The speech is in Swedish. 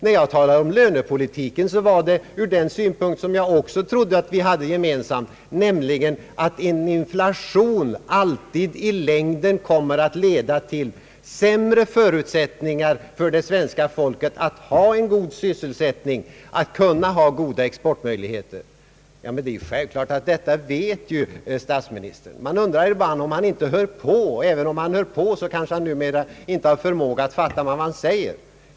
När jag talade om lönepolitiken så var det ur den synpunkten som jag också trodde att vi hade gemensam, nämligen att en inflaiion alltid i längden kommer att leda till sämre förutsättningar för svenska folket att ha en god sysselsättning, att kunna ha goda exportmöjligheter. Det är ju självklart att statsministern vet detta. Man undrar ibland om han inte hör på. Om han hör på, har han kanske inte förmåga att fatta vad man säger.